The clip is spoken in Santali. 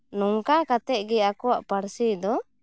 ᱱᱚᱝᱠᱟ ᱠᱟᱛᱮ ᱜᱮ ᱟᱠᱚᱣᱟᱜ ᱯᱟᱹᱨᱥᱤ ᱫᱚ